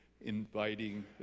inviting